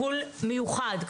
לטיפול מיוחד,